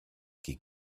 qui